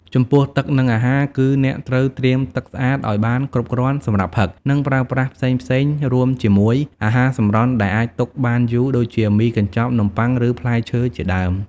ចំពោះ ទឹក និងអាហារ គឺអ្នកត្រូវត្រៀមទឹកស្អាតឲ្យបានគ្រប់គ្រាន់សម្រាប់ផឹក និងប្រើប្រាស់ផ្សេងៗ រួមជាមួយ អាហារសម្រន់ដែលអាចទុកបានយូរ ដូចជាមីកញ្ចប់ នំប៉័ង ឬផ្លែឈើជាដើម។